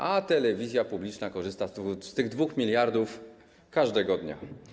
A telewizja publiczna korzysta z tych 2 mld każdego dnia.